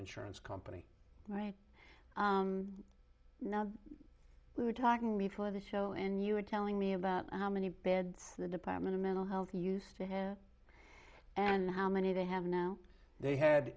insurance company right now and we were talking the two of the show and you were telling me about how many beds the department of mental health used to have and how many they have now they had